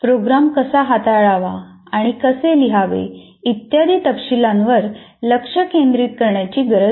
programme कसा हाताळावा आणि कसे लिहावे इत्यादी तपशीलांवर लक्ष केंद्रित करण्याची गरज नाही